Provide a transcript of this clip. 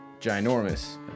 ginormous